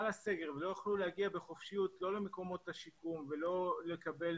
הסגר ולא יכלו להגיע בחופשיות לא למקומות השיקום ולא לקבל